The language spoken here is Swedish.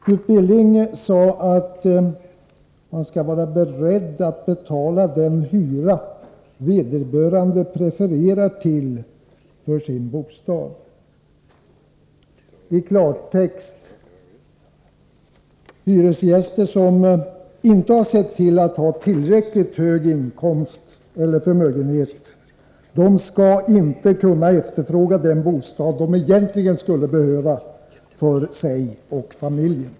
Knut Billing sade att hyresgästen skall vara beredd att betala den hyra vederbörande prefererar för sin bostad. I klartext: Hyresgäster som inte har sett till att ha tillräckligt hög inkomst eller förmögenhet skall inte kunna efterfråga den bostad som de egentligen skulle behöva för sig och familjen.